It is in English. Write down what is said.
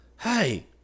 Hey